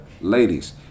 Ladies